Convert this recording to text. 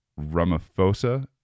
Ramaphosa